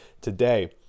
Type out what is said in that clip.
today